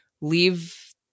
leave